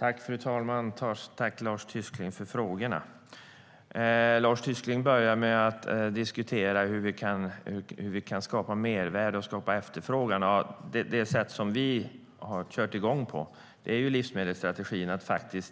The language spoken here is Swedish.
Lars Tysklind börjar med att diskutera hur vi kan skapa mervärde och efterfrågan. Vi har ju kört igång livsmedelsstrategin där vi